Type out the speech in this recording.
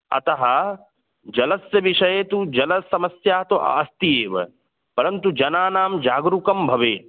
अतः जलस्य विषये तु जलसमस्या तु अस्ति एव परन्तु जनानां जागरूकं भवेत्